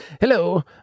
Hello